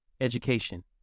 Education